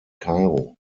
kairo